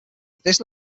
this